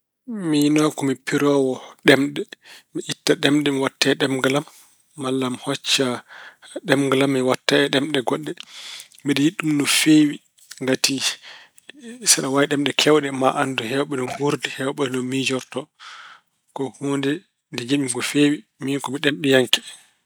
Miino ko piroowo ɗemɗe. Mi itta ɗemɗe mi waɗta e ɗemngal walla mi hocca ɗemngal mi waɗta e ɗemɗe goɗɗe. Mbeɗe yiɗi ɗum no feewi ngati so aɗa waawi ɗemɗe keewɗe maa anndu heewɓe no nguurdi, heewɓe no miijorto. Ko huunde nde njiɗmi no feewi. Miin ko mi ɗemɗiyanke.